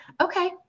okay